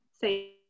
say